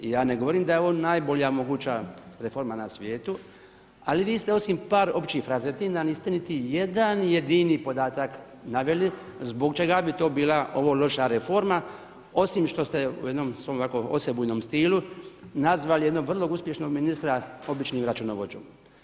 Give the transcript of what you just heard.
Ja ne govorim da je ovo najbolja moguća reforma na svijetu, ali vi ste osim par općih frazetina, niste niti jedan jedini podatak naveli zbog čega bi to bila loša reforma osim što ste u jednom svom ovako osebujnom stilu nazvali jednog vrlo uspješnog ministra običnim računovođom.